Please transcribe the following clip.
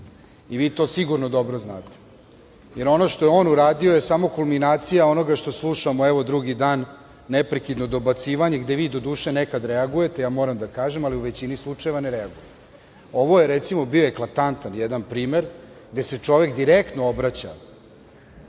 I vi to sigurno dobro znate. Jer ono što je on uradio je samo kulminacija onoga što slušamo evo drugi dan, neprekidno dobacivanje, gde vi, doduše, nekad reagujete, moram da kažem, ali u većini slučajeva ne reagujete. Ovo je, recimo, bio eklatantan jedan primer, gde se čovek direktno obraća